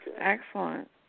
Excellent